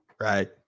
right